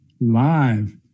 live